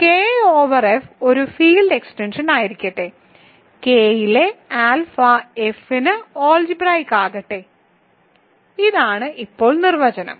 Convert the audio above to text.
K over F ഒരു field എക്സ്റ്റൻഷനായിരിക്കട്ടെ കെയിലെ ആൽഫ F ന് ആൾജിബ്രായിക്ക് ആകട്ടെ ഇതാണ് ഇപ്പോൾ നിർവചനം